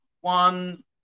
one